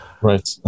Right